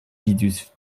vidus